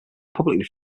publicly